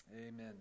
Amen